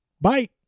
bye